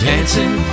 Dancing